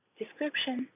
description